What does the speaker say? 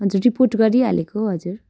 हजुर रिपोर्ट गरिहालेको हजुर